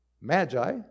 magi